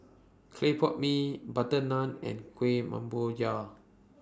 Clay Pot Mee Butter Naan and Kuih